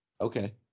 Okay